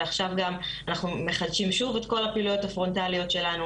ועכשיו גם אנחנו מחדשים שוב את כל הפעילויות הפרונטליות שלנו